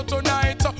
Tonight